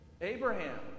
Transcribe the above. Abraham